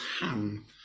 ham